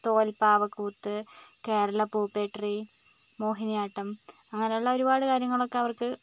തോൽപ്പാവക്കൂത്ത് കേരള പൂപ്പേട്രി മോഹിനിയാട്ടം അങ്ങനെയുള്ള ഒരുപാട് കാര്യങ്ങളൊക്കെ അവർക്ക്